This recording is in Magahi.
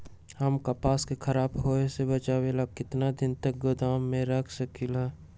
हम कपास के खराब होए से बचाबे ला कितना दिन तक गोदाम में रख सकली ह?